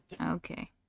okay